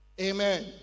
Amen